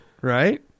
Right